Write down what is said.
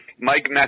Mike